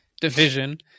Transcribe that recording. division